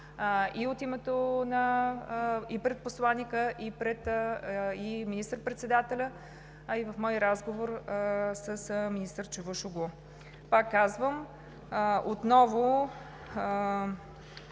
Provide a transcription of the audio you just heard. и публични, и пред посланика, и министър-председателят, а и в мой разговор с министър Чавушоглу. Пак казвам, отново